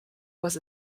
was